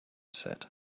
set